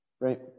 Right